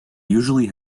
usually